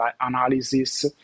analysis